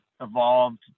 evolved